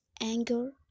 anger